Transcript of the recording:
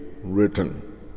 written